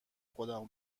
خودمو